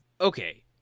Okay